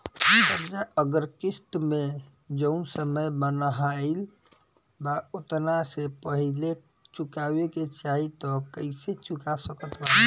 कर्जा अगर किश्त मे जऊन समय बनहाएल बा ओतना से पहिले चुकावे के चाहीं त कइसे चुका सकत बानी?